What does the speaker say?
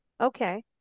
Okay